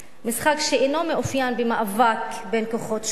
משחק שאינו מאופיין במאבק בין כוחות שונים,